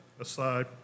aside